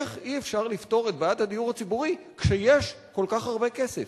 איך אי-אפשר לפתור את בעיית הדיור הציבורי כשיש כל כך הרבה כסף?